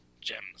gems